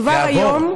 כבר היום,